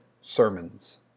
sermons